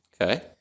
Okay